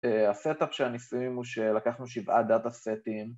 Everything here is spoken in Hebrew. הסטאפ של הניסויים הוא שלקחנו שבעה דאטה סטיינג